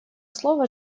слово